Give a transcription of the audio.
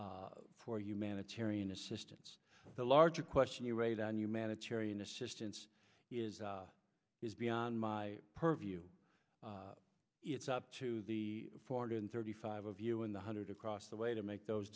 for humanitarian assistance the larger question you raise on humanitarian assistance is is beyond my purview it's up to the four hundred thirty five of you in the hundred across the way to make those